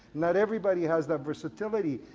not everybody has that versatility.